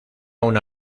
una